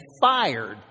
fired